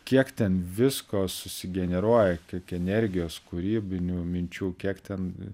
kiek ten visko susigeneruoja kiek energijos kūrybinių minčių kiek ten